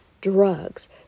drugs